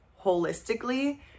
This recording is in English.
holistically